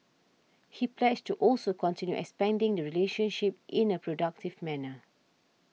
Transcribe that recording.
he pledged to also continue expanding the relationship in a productive manner